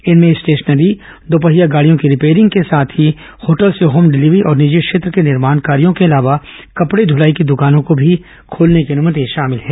इनमें स्टेशनरी दोपहिया गाड़ियों की रिपेयरिंग के साथ ही होटल से होम डिलीवरी और निजी क्षेत्र के निर्माण कार्यों के अलावा कपड़े धूलाई की द्कानों को भी खोलने की अनुमति शामिल है